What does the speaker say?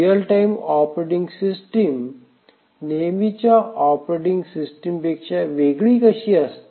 real time operating system नेहमीच्या operating system पेक्षा वेगळी कशी असते